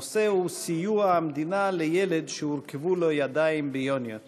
הנושא הוא סיוע המדינה לילד שהורכבו לו ידיים ביוניות.